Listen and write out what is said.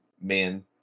man